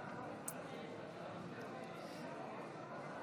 53 נגד, 55